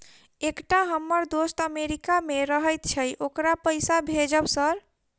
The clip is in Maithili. एकटा हम्मर दोस्त अमेरिका मे रहैय छै ओकरा पैसा भेजब सर?